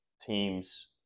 teams